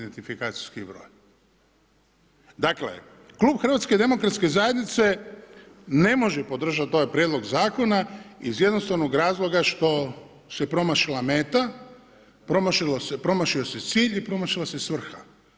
Dakle klub HDZ-a ne može podržat ovaj prijedlog zakona iz jednostavnog razloga što se promašila meta, promašio se cilj i promašila se svrha.